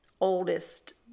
oldest